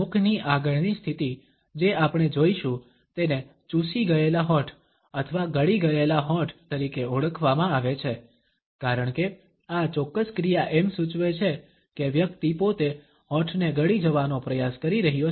મુખની આગળની સ્થિતિ જે આપણે જોઇશું તેને ચૂસી ગયેલા હોઠ અથવા ગળી ગયેલા હોઠ તરીકે ઓળખવામાં આવે છે કારણ કે આ ચોક્કસ ક્રિયા એમ સૂચવે છે કે વ્યક્તિ પોતે હોઠને ગળી જવાનો પ્રયાસ કરી રહ્યો છે